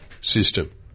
system